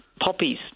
poppies